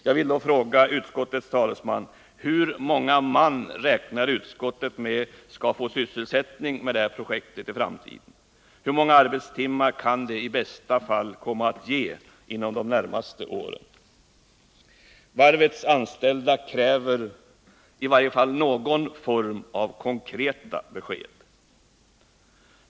Jag vill då fråga utskottets talesman: Hur många man räknar utskottet med skall få sysselsättning med detta projekt i framtiden? Hur många arbetstimmar kan det i bästa fall komma att ge under de närmaste åren? Varvets anställda kräver i varje fall någon form av konkreta besked.